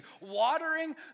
watering